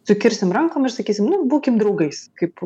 sukirsim rankom ir sakysim nu būkim draugais kaip